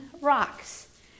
rocks